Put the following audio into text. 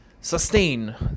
sustain